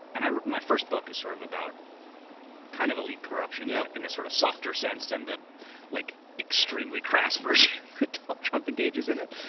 and my first book is sort of about kind of elite corruption yeah in a sort of softer sense than the like extremely crass version donald trump engages in it.